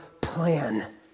plan